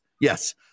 Yes